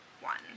one